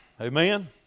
Amen